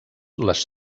les